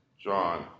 John